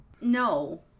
No